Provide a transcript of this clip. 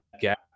gap